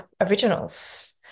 originals